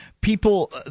people –